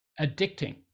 addicting